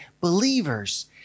believers